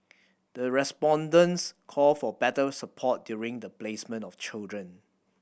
the respondents called for better support during the placement of children